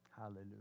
Hallelujah